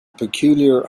peculiar